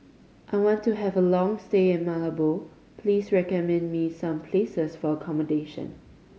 I want to have a long stay in Malabo please recommend me some places for accommodation